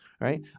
right